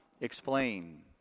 explain